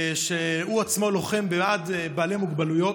שהוא עצמו לוחם בעד בעלי מוגבלויות,